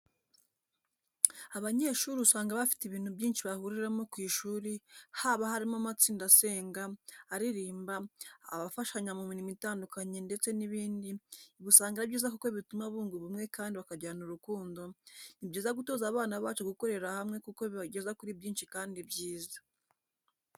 Abanyeshuri usanga bafite ibintu byinshi bahuriramo ku ishuri haba harimo amatsinda asenga, aririmba, afashanya mu mirimo itandukanye ndetse n'ibindi, ibi usanga ari byiza kuko bituma bunga ubumwe kandi bakagirana urukundo, ni byiza gutoza abana bacu gukorera hamwe kuko bibageza kuri byinshi kandi byiza.